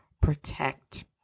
protect